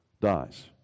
dies